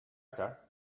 mecca